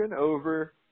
over